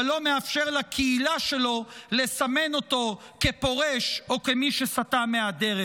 אבל לא מאפשר לקהילה שלו לסמן אותו כפורש או כמי שסטה מהדרך.